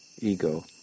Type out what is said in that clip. ego